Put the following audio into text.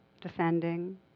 defending